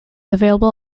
available